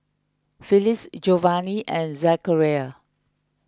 Phillis Giovani and Zachariah